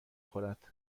خورد